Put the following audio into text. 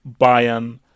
bayern